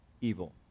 evil